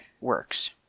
works